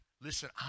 listen